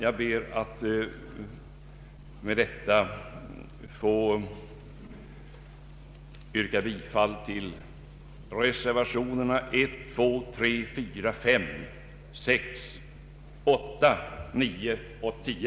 Jag ber att med detta få yrka bifall till reservationerna 1, 2, 3, 4, 5, 6, 8, 9 och 10.